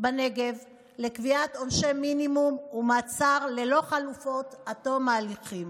בנגב לקביעת עונשי מינימום ומעצר ללא חלופות עד תום ההליכים,